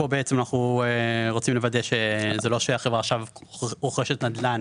אנחנו רוצים לוודא שזה לא שהחברה עכשיו רוכשת נדל"ן